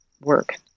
work